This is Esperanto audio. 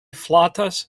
flatas